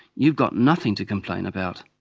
you've got nothing to complain about,